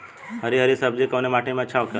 हरी हरी सब्जी कवने माटी में अच्छा होखेला?